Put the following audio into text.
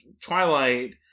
twilight